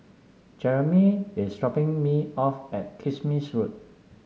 Jeramy is dropping me off at Kismis Road